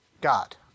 God